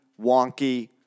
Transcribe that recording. wonky